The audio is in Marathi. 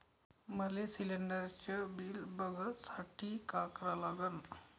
मले शिलिंडरचं बिल बघसाठी का करा लागन?